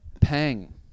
Pang